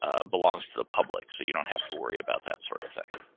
ah belongs to the public. so you don't have to worry about that sort of thing.